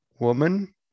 woman